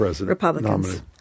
Republicans